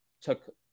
took